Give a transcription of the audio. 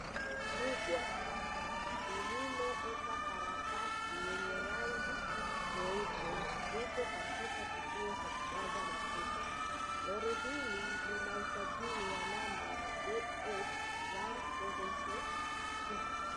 Lori lubwa lililo wekwa karatasi nyeupe liko katika kituo cha kujaza mafuta, lorry hili lina usajili wa number ZF 1706.